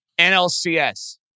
NLCS